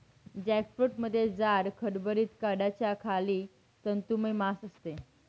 जॅकफ्रूटमध्ये जाड, खडबडीत कड्याच्या खाली तंतुमय मांस असते